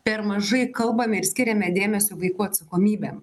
per mažai kalbame ir skiriame dėmesio vaikų atsakomybėm